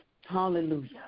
hallelujah